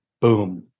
boom